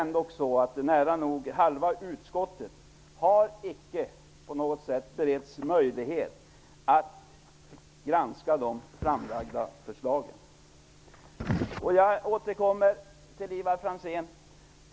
Nära nog halva utskottet har icke på något sätt beretts möjlighet att granska de framlagda förslagen.